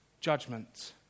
judgment